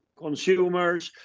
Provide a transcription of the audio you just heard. consumers,